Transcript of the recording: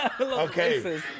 Okay